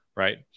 Right